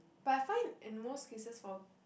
but I find in most cases for